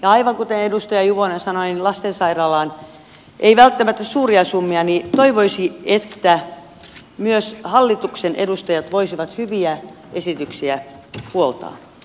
aivan kuten edustaja juvonen sanoi lastensairaalaan ei välttämättä suuria summia mutta toivoisi että myös hallituksen edustajat voisivat hyviä esityksiä puoltaa